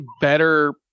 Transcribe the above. better